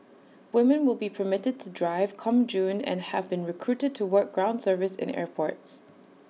women will be permitted to drive come June and have been recruited to work ground service in the airports